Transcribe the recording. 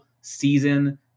season